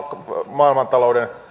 maailmantalouden